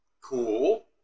Cool